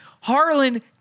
Harlan